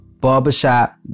Barbershop